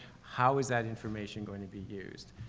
how is that information going to be used?